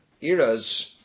eras